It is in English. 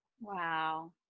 Wow